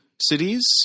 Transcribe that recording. cities